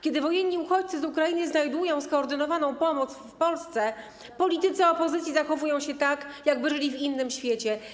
Kiedy wojenni uchodźcy z Ukrainy znajdują skoordynowaną pomoc w Polsce, politycy opozycji zachowują się tak, jakby żyli w innym świecie.